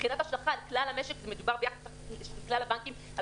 מבחינת השלכה על כלל המשק של כלל הבנקים מדובר